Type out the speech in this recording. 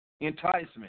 enticement